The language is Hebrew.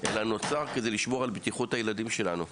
אלא כדי לשמור על בטיחות הילדים שלנו.